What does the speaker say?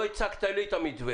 לא הצגת לי את המתווה.